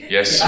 Yes